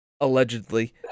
allegedly